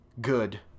good